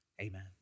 Amen